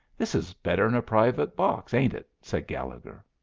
this is better'n a private box, ain't it? said gallegher.